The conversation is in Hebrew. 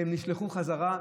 והם נשלחו בחזרה.